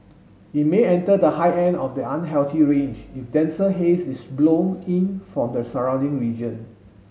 it may enter the high end of the unhealthy range if denser haze is blown in from the surrounding region